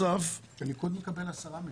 הליכוד מקבל 10 מיליון.